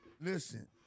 Listen